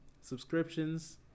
Subscriptions